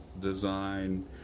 design